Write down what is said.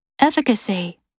Efficacy